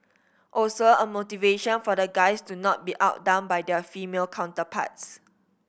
also a motivation for the guys to not be outdone by their female counterparts